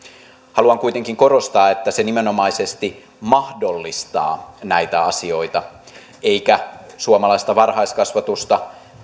haluan kuitenkin korostaa että se nimenomaisesti mahdollistaa näitä asioita eikä suomalaista varhaiskasvatusta